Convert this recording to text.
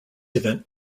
event